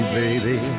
baby